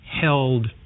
held